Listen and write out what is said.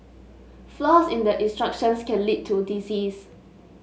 flaws in the instructions can lead to disease